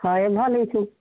ହଏ ଭଲ୍ ଅଛୁ